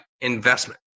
investment